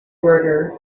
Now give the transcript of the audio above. order